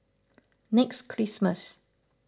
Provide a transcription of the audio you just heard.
next Christmas